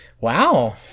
Wow